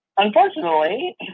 Unfortunately